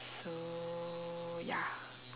so ya